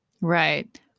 Right